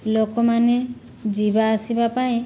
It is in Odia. ଲୋକମାନେ ଯିବା ଆସିବା ପାଇଁ